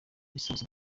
ese